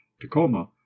tacoma